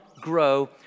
grow